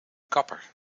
kapper